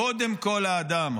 קודם כול האדם,